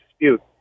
dispute